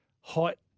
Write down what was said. height